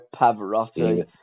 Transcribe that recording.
Pavarotti